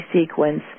sequence